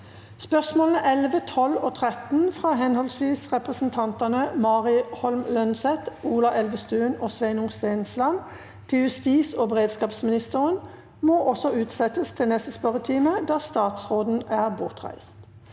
Spørsmåla 11, 12 og 13, frå høvesvis representantane Mari Holm Lønseth, Ola Elvestuen og Sveinung Stensland til justis- og beredskapsministeren, må utsetjast til neste spørjetime, då statsråden er bortreist.